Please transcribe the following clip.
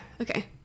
okay